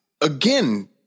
again